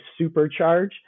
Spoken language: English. supercharge